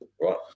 right